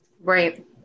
Right